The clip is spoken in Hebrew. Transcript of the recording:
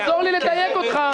תעזור לי לדייק אותך.